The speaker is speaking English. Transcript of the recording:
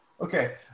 Okay